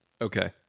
okay